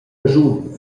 caschun